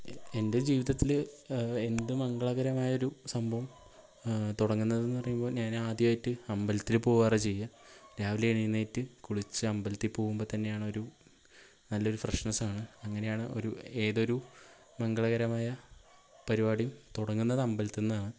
എൻ്റെ ജീവിതത്തില് എന്ത് മംഗളകരമായ ഒരു സംഭവം തുടങ്ങുന്നത് എന്ന് പറയുമ്പോൾ ഞാൻ ആദ്യമായിട്ട് അമ്പലത്തില് പോവാറാണ് ചെയ്യുക രാവിലെ എഴുന്നേറ്റ് കുളിച്ച് അമ്പലത്തിൽ പോവുമ്പോൾ തന്നെയാണൊരു നല്ലൊരു ഫ്രഷ്നസ്സാണ് അങ്ങനെയാണ് ഒരു ഏതൊരു മംഗളകരമായ പരിപാടിയും തുടങ്ങുന്നത് അമ്പലത്തിൽ നിന്നാണ്